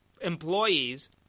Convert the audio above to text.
employees